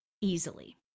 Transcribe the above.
easily